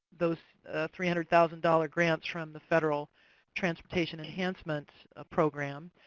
those three hundred thousand dollars grants from the federal transportation enhancement ah program.